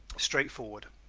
straightforward